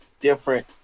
different